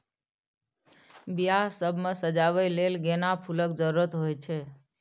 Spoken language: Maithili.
बियाह सब मे सजाबै लेल गेना फुलक जरुरत होइ छै